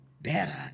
better